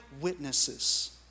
witnesses